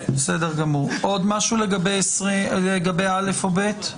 עוד משהו לגבי סעיף קטן (א) או (ב)?